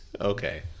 okay